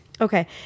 Okay